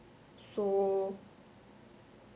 so